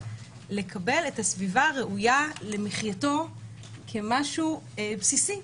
לקבל את הסביבה הראויה למחייתו כמשהו בסיסי.